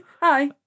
Hi